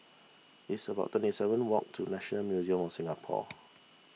it's about twenty seven walk to National Museum of Singapore